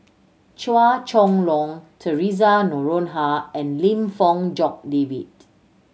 Chua Chong Long Theresa Noronha and Lim Fong Jock David